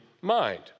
mind